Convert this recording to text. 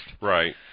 Right